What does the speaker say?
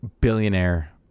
billionaire